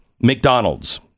McDonald's